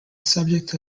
subject